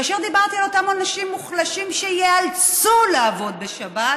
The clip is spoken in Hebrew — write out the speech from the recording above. כאשר דיברתי על אותם אנשים מוחלשים שייאלצו לעבוד בשבת,